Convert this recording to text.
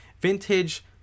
vintage